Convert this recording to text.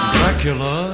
Dracula